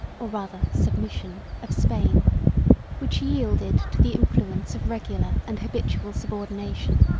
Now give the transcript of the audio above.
or rather submission, of spain which yielded to the influence of regular and habitual subordination,